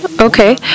Okay